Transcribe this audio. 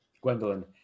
Gwendolyn